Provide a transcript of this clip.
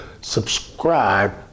subscribe